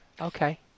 Okay